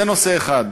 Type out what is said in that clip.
זה נושא אחד.